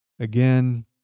again